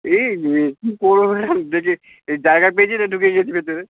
এই এ কী করবো ম্যাডাম দেখে এই জায়গা পেয়েছি তাই ঢুকে গেছি ভেতরে